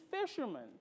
fishermen